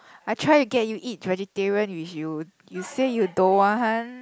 I tired to get you eat vegetarian with you you say you don't want